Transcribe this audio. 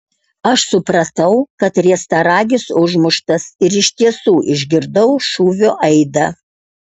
aš supratau kad riestaragis užmuštas ir iš tiesų išgirdau šūvio aidą